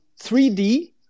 3D